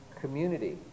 community